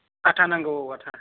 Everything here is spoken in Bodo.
आथा नांगौ आथा